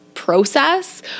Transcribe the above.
process